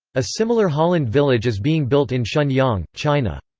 a similar holland village is being built in shenyang, china.